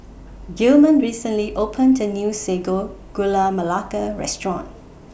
Gilman recently opened A New Sago Gula Melaka Restaurant